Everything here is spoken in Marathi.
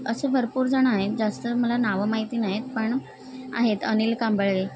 असे भरपूर जणं आहेत जास्त मला नावं माहिती नाईत पण आहेत अनिल कांबळे